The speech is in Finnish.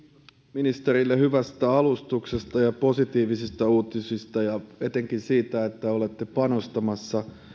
ministerille hyvästä alustuksesta ja positiivisista uutisista ja etenkin siitä että olette panostamassa